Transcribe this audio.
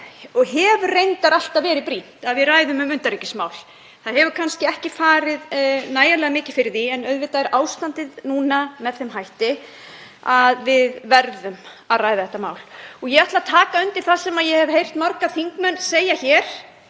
og hefur reyndar alltaf verið brýnt að við ræðum um utanríkismál. Það hefur kannski ekki farið nægilega mikið fyrir því en auðvitað er ástandið núna með þeim hætti að við verðum að ræða þetta mál. Ég ætla að taka undir það sem ég hef heyrt marga þingmenn segja hér